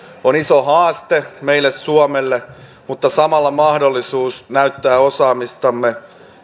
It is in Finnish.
on iso haaste meille suomelle mutta samalla mahdollisuus näyttää osaamistamme